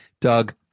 Doug